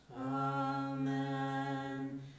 Amen